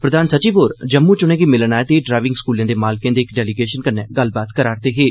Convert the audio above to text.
प्रधान सचिव होर जम्मू च उनें'गी मिलन आए दे ड्राईविंग स्कूलें दे मालकें दे इक डेलीगेशन कन्नै गल्लबात करा'रदे हे